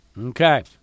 Okay